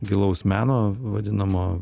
gilaus meno vadinamo